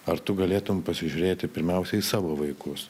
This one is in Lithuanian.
ar tu galėtum pasižiūrėti pirmiausia į savo vaikus